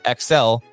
XL